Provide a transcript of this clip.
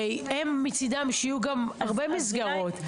הרי, הם מצידם שיהיו גם הרבה מסגרות.